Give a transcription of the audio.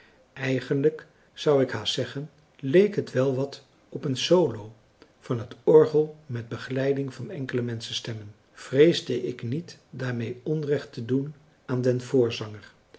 eigenlijk zou ik haast zeggen leek het wel wat op een solo van het orgel met begeleiding van enkele menschenstemmen vreesde ik niet daarmee onrecht te doen aan den